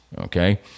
okay